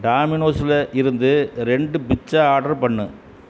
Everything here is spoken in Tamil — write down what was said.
டாமினோஸில் இருந்து ரெண்டு பிட்சா ஆர்டர் பண்ணு